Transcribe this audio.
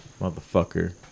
motherfucker